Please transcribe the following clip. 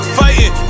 fighting